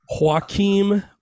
Joaquim